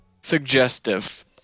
suggestive